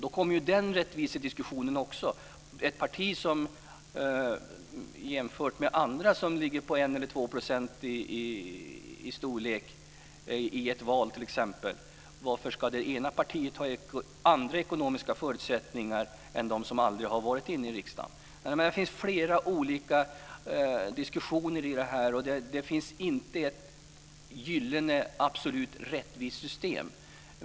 Då kommer också den rättvisediskussionen: Om två partier ligger på storleken 1 % eller 2 % i ett val, varför ska det ena partiet ha andra ekonomiska förutsättningar än det som aldrig har varit inne i riksdagen? Jag menar att det finns flera olika saker att diskutera när det gäller detta. Det finns inte ett gyllene absolut rättvist system.